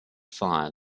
fire